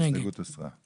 הצבעה ההסתייגות הוסרה.